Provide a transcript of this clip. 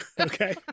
Okay